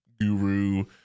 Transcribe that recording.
guru